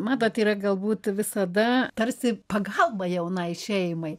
matot yra galbūt visada tarsi pagalba jaunai šeimai